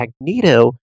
Magneto